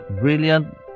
brilliant